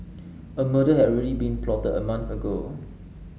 a murder had already been plotted a month ago